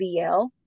VL